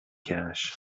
cash